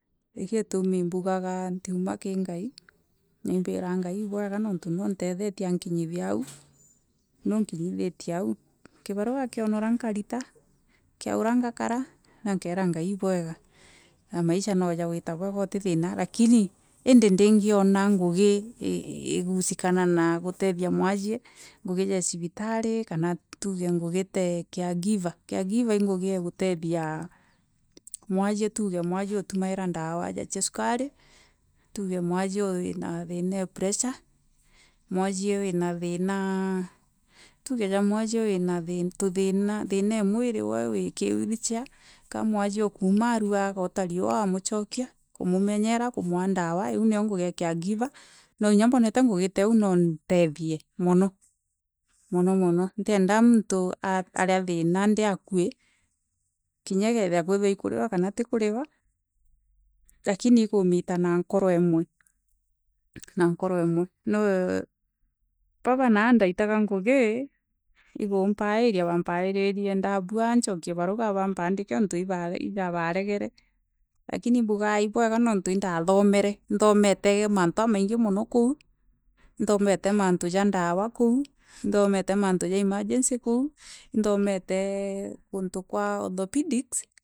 Naikio girûmi mbûgaga ntiûma ki ngai na imbiraga ngai ibwega nontû nje ûntenthetie ankinyitia aû, nûe ûnkinyithirie aû kibaroga kianora nkarita kiaûra ngakara na nkaira ngai ibwega. Maisha no jawita bwega ûtii thina lakini endi ndingrona ngûgi II igûsikana na gûtethia mwasie ngûgi ja ya cibitari kana tisige ngûgi ta a caregiver caregiver I ngûgi ya gistheria mwasie tisge aûtûmira ndawa ja cia ciskari tisge mwasie wina think ya pressûre tûge ta mwasie wina thina tûthina twa mwiri we tûwe wina wheelchair mwasie ûkûûmarisia agota rûswa agachokûa kûmûmenyera kûmûa mono mono ntienda mûntû aria thina ndirakhûi kinya kethira ikûsigwa kana ti kûrigwa lakini ikûmira na nkoro imwe na nkoro imwe baba naa ndaraga ngûgi igomoaria bampaibirire ndabûsa nchokie barisga bampandike ja ontû ibaregete lakini imbûsgaa ibûega ontû indathomere na ithomete mantû jamaingi mûno koss inthamere mantû ja ndawa koû, ithomere mantû ja emergency kaii na ikhomere kûntû kwa orthopindix.